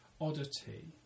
oddity